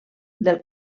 del